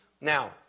Now